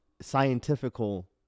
scientifical